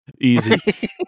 Easy